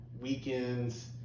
weekends